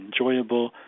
enjoyable